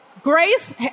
Grace